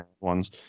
Ones